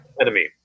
enemy